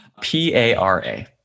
P-A-R-A